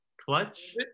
Clutch